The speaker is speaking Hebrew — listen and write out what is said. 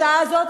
בשעה הזאת?